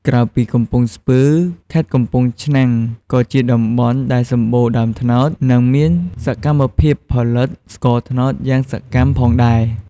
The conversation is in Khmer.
ក្រៅពីកំពង់ស្ពឺ ខេត្តកំពង់ឆ្នាំងក៏ជាតំបន់ដែលសម្បូរដើមត្នោត និងមានសកម្មភាពផលិតស្ករត្នោតយ៉ាងសកម្មផងដែរ។